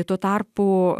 tuo tarpu